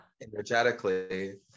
energetically